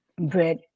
bread